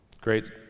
Great